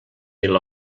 mil